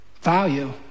value